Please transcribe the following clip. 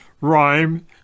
rhyme